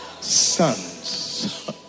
sons